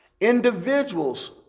Individuals